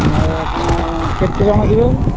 ଆଉ ଆପଣ କେତେଜଣ ଯିବେ